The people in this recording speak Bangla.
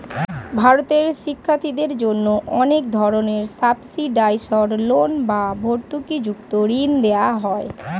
ভারতে শিক্ষার্থীদের জন্য অনেক ধরনের সাবসিডাইসড লোন বা ভর্তুকিযুক্ত ঋণ দেওয়া হয়